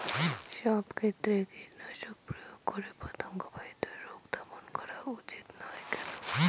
সব ক্ষেত্রে কীটনাশক প্রয়োগ করে পতঙ্গ বাহিত রোগ দমন করা উচিৎ নয় কেন?